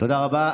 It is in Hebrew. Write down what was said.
תודה רבה.